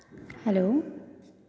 hello